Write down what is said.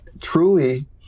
Truly